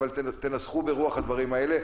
אבל תנסחו ברוח הדברים האלה,